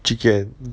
chee ken